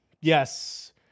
Yes